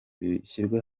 bishyirwe